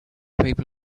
people